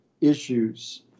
issues—